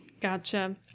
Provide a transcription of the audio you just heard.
Gotcha